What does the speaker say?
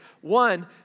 One